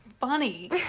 funny